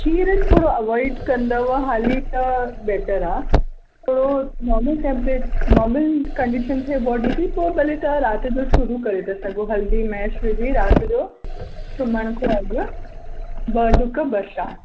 खीरु थोरो अवॉइड कंदव हाली त बेटर आहे थोरो नॉर्मल टेंपरेचर नॉर्मल कंडीशन थिए बॉडी जी पोइ भले तव्हां राति जो शुरू करे था सघो हल्दी मैश विझी राति जो सुम्हण खां अॻु ॿ ढुक बस आहे